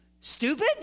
Stupid